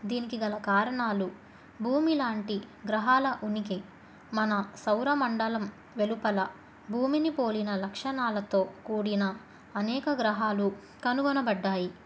దీనికి గల కారణాలు భూమి లాంటి గ్రహాల ఉనికి మన సౌరమండలం వెలుపల భూమిని పోలిన లక్షణాలతో కూడిన అనేక గ్రహాలు కనుగొనబడ్డాయి